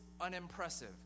unimpressive